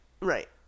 Right